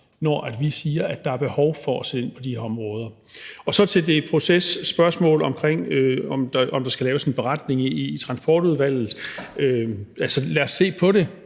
når vi siger, at der er behov for at sætte ind på de her områder. Så til processpørgsmålet om, om der skal laves en beretning i Transportudvalget: Lad os se på det;